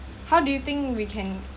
how do you think we can